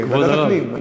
ועדת הפנים.